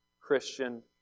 Christian